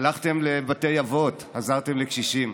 הלכתם לבתי אבות, עזרתם לקשישים.